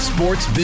Sports